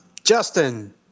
Justin